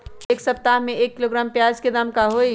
एक सप्ताह में एक किलोग्राम प्याज के दाम का होई?